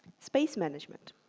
space management